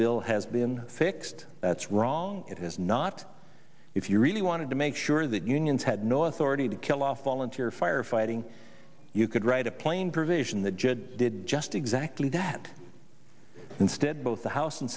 bill has been fixed that's wrong it is not if you really wanted to make sure that unions had no authority to kill off volunteer fire fighting you could write a plain provision that jed did just exactly that instead both the house and